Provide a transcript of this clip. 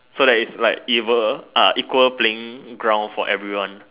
so that it's like evil ah equal playing ground for everyone